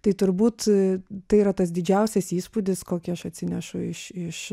tai turbūt tai yra tas didžiausias įspūdis kokį aš atsinešu iš iš